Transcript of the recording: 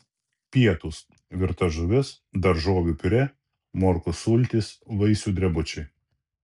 pietūs virta žuvis daržovių piurė morkų sultys vaisių drebučiai